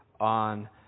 on